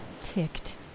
ticked